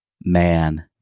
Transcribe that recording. Man